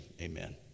amen